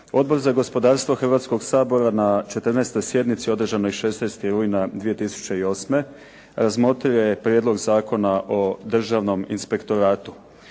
Odbor za gospodarstvo Hrvatskog sabora na 14. sjednici održanoj 16. rujna 2008. razmotrio je Prijedlog zakona o Državnom inspektoratu.